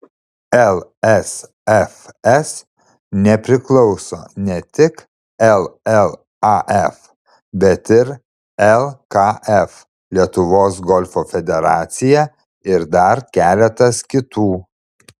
lsfs nepriklauso ne tik llaf bet ir lkf lietuvos golfo federacija ir dar keletas kitų